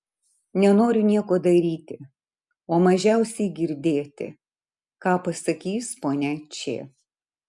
nenoriu nieko daryti o mažiausiai girdėti ką pasakys ponia č